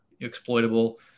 exploitable